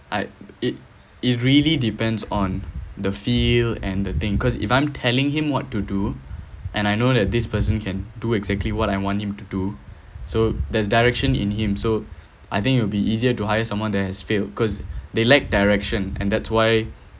I it it really depends on the field and the thing cause if I'm telling him what to do and I know that this person can do exactly what I want him to do so there's direction in him so I think it will be easier to hire someone that has failed because they lacked direction and that's why